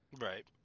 Right